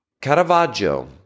Caravaggio